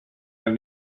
and